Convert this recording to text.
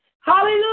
Hallelujah